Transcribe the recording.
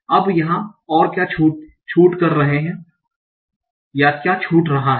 अब यहाँ और क्या छूट रहा हैं